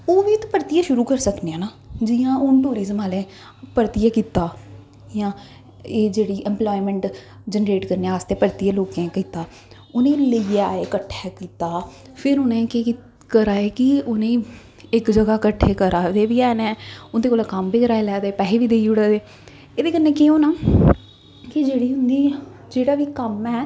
ओह् बी ते परतियै शुरू करी सकने आं ना जि'यां हून टूरिजम आह्लें परतियै कीता जां एह् जेह्ड़ी एंप्लाइमैंट जनरेट करने आस्तै परतियै लोकें कीता उ'नें गी लेइयै आए कट्ठे कीता फिर उ'नें गी केह् कीता करा दे कि उ'नें गी इक ज'गा कट्ठे करा दे बी है न उं'दे कोला कम्म बी कराई लै दे पैहे बी देई ओड़ा दे एह्दे कन्नै केह् होना कि जेह्ड़ी उं'दी जेह्ड़ा बी कम्म ऐ